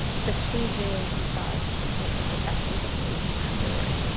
the changing of the visage of people and their perceptions of me afterward